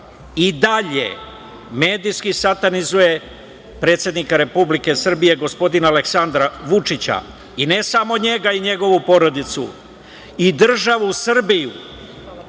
i dalje medijski satanizuje predsednika Republike Srbije, gospodina Aleksandra Vučića, i ne samo njega i njegovu porodicu i državu Srbiju